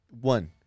One